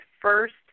first